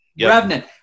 Revenant